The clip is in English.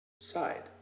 side